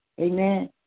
Amen